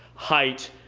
height,